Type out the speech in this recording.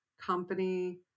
company